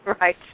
Right